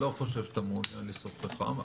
לא חושב שאתה מעוניין לשרוף פחם.